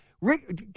Rick